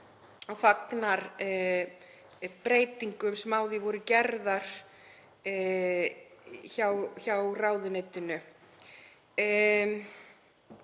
og fagnar breytingum sem á því voru gerðar hjá ráðuneytinu.